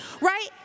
right